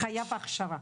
חייב הכשרה.